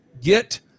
get